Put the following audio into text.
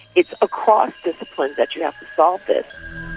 it's across disciplines that you have to solve this.